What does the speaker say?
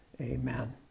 amen